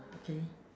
okay